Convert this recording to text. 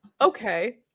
okay